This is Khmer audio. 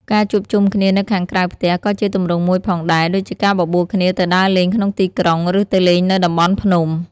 ការជួបជុំគ្នានៅខាងក្រៅផ្ទះក៏ជាទម្រង់មួយផងដែរ ដូចជាការបបួលគ្នាទៅដើរលេងក្នុងទីក្រុងឬទៅលេងនៅតំបន់ភ្នំ។